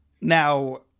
Now